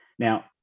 Now